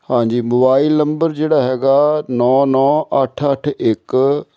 ਹਾਂਜੀ mobile number ਜਿਹੜਾ ਹੈਗਾ ਨੌਂ ਨੌਂ ਅੱਠ ਅੱਠ ਇੱਕ